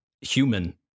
human